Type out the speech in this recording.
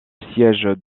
siège